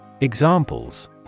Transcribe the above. Examples